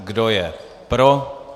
Kdo je pro?